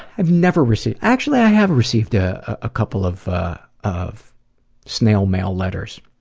i've never received actually, i have received ah a couple of of snail mail letters,